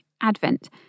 Advent